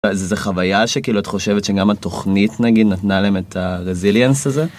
זו חוויה שכאילו, את חושבת שגם התוכנית נגיד נתנה להם את ה-resilience הזה?